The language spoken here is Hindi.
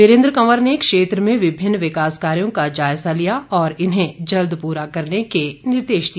यीरेन्द्र कंवर ने क्षेत्र में विभिन्न विकास कार्यो का जायज़ा लिया और इन्हें जल्द पूरा करने के निर्देश दिए